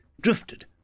drifted